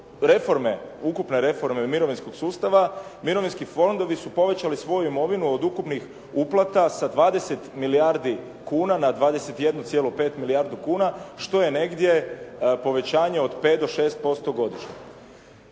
ukupne reforme mirovinskog sustava mirovinski fondovi su povećali svoju imovinu od ukupnih uplata sa 20 milijardi kuna na 21,5 milijardi kuna što je negdje povećanje od 5 do 6% godišnje.